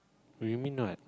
you remain not